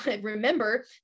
remember